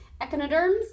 echinoderms